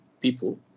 people